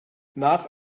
nach